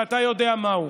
ואתה יודע מה הוא: